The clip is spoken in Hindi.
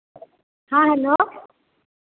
हाँ हैलो